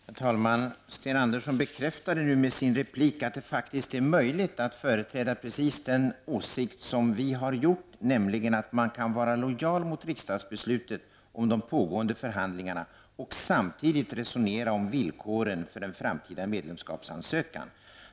Herr talman! Sten Andersson bekräftade nu i sin replik att det faktiskt är möjligt att företräda precis den åsikt som vi har gjort, nämligen att man kan vara lojal mot riksdagsbeslutet om de pågående förhandlingarna och samtidigt resonera om villkoren för en framtida medlemskapsansökan.